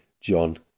John